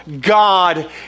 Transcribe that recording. God